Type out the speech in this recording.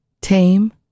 tame